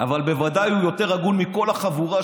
אבל בוודאי הוא יותר הגון מכל החבורה שם,